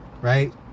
Right